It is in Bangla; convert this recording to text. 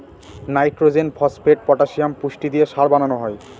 নাইট্রজেন, ফসপেট, পটাসিয়াম পুষ্টি দিয়ে সার বানানো হয়